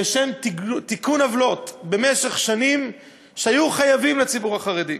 לשם תיקון עוולות שבמשך שנים היו חייבים לציבור החרדי,